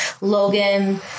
Logan